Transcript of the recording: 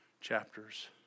chapters